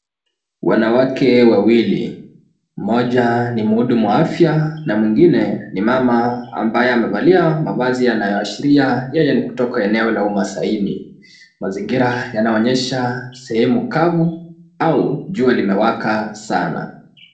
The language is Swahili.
Wanawake wawili, mmoja ni mhudumu wa afya na mwingine ni mama ambaye amevalia mavazi yanayoashiria yeye ni kutoka eneo la umasaini. Mazingira yanaonyesha sehemu kavu au jua linawaka sana.